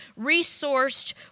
resourced